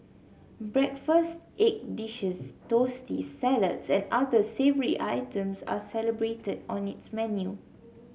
breakfast egg dishes toasties salads and other savoury items are celebrated on its menu